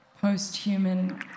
post-human